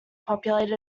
populated